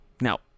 Now